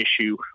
issue